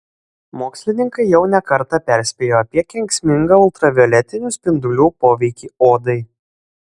mokslininkai jau ne kartą perspėjo apie kenksmingą ultravioletinių spindulių poveikį odai